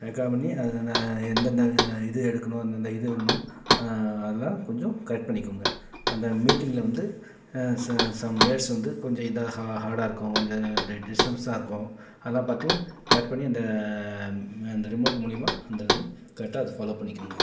record பண்ணி அதுக்கான எந்தெந்த இது எடுக்கணும் அந்தந்த இது பண்ணணும் அதெல்லாம் கொஞ்சம் கரெக்ட் பண்ணிக்கங்க அந்த மீட்டிங்கில் வந்து சம் வேர்ட்ஸ் வந்து கொஞ்சம் இதாக ஹார்டாக இருக்கும் கொஞ்சம் டிஸ்டபன்ஸாக இருக்கும் அதெல்லாம் பார்த்து கரெக்ட் பண்ணி அந்த இந்த ரிமோட் மூலிமா அந்த வந்து கரெக்டாக அதை ஃபாலோ பண்ணிக்கங்க